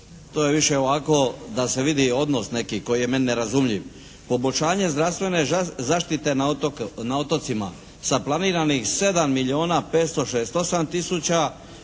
To je više ovako da se vidi odnos neki koji je meni nerazumljiv. Poboljšanje zdravstvene zaštite na otocima? Sa planiranih 7 milijuna 568 tisuća